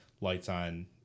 lights-on